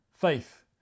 faith